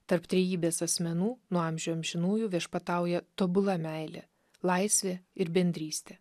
tarp trejybės asmenų nuo amžių amžinųjų viešpatauja tobula meilė laisvė ir bendrystė